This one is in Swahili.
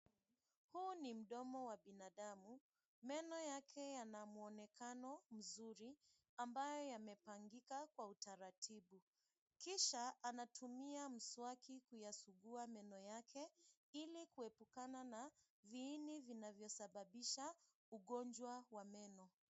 Huu ni mdomo wa binadamu. Meno yake yana muonekano mzuri ambayo yamepangika kwa utaratibu kisha, anatumia mswaki kuyasugua meno yake ili kuepukana na viini vinavyosababiaha ugonjwa wa meno.